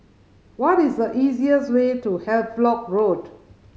what is the easiest way to Havelock Road